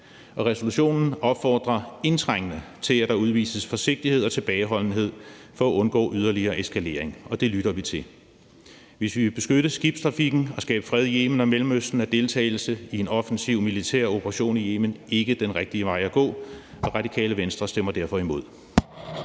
Resolutionen opfordrer indtrængende til, at der udvises forsigtighed og tilbageholdenhed for at undgå yderligere eskalering, og det lytter vi til. Hvis vi vil beskytte skibstrafikken og skabe fred i Yemen og Mellemøsten, er deltagelse i en offensiv militær operation i Yemen ikke den rigtige vej at gå, og Radikale Venstre stemmer derfor imod.